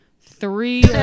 Three